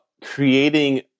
creating